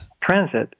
transit